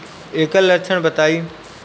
ऐकर लक्षण बताई?